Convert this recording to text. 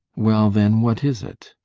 well, then what is it?